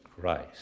Christ